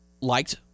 liked